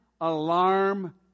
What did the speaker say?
alarm